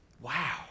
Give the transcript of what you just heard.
Wow